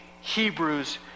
Hebrews